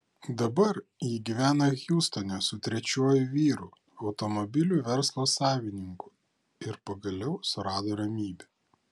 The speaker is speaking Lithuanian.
dabar ji gyvena hjustone su trečiuoju vyru automobilių verslo savininku ir pagaliau surado ramybę